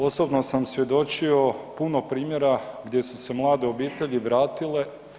Osobno sam svjedočio puno primjera gdje su se mlade obitelji vratile.